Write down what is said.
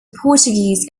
portuguese